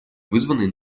вызванной